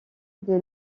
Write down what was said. des